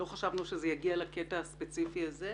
לא חשבנו שזה יגיע לקטע הספציפי הזה,